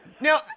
Now